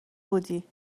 بودی